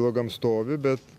blogam stovy bet